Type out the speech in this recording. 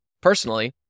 Personally